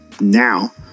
now